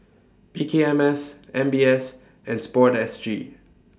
P K M S M B S and Sport S G